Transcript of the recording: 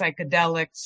psychedelics